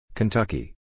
Kentucky